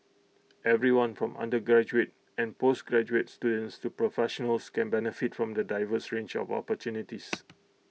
everyone from undergraduate and postgraduate students to professionals can benefit from the diverse range of opportunities